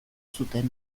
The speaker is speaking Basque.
zuten